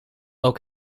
ook